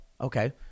okay